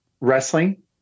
wrestling